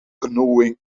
canoeing